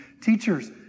Teachers